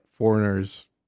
Foreigners